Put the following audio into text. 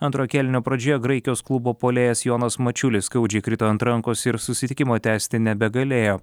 antro kėlinio pradžioje graikijos klubo puolėjas jonas mačiulis skaudžiai krito ant rankos ir susitikimo tęsti nebegalėjo